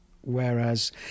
whereas